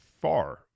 far